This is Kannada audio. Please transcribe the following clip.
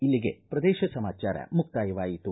ಇಲ್ಲಿಗೆ ಪ್ರದೇಶ ಸಮಾಚಾರ ಮುಕ್ತಾಯವಾಯಿತು